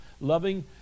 loving